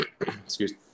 excuse